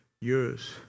years